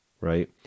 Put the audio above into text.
right